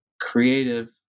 creative